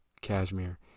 cashmere